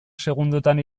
segundotan